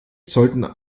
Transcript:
sollten